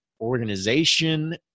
organization